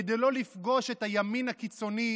כדי לא לפגוש את הימין הקיצוני,